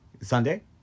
Sunday